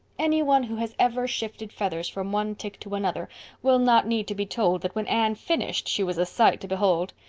any one who has ever shifted feathers from one tick to another will not need to be told that when anne finished she was a sight to behold.